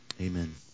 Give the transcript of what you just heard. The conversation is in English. Amen